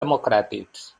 democràtics